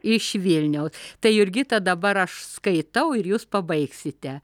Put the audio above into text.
iš vilniau tai jurgita dabar aš skaitau ir jūs pabaigsite